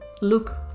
look